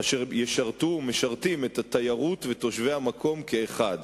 אשר ישרתו ומשרתים את התיירות ואת תושבי המקום כאחד.